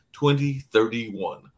2031